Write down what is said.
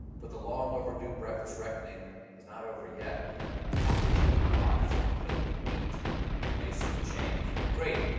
but the long overdue breakfast reckoning is not over yet. the packaging on boxes of cream of wheat may soon change. great.